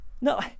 no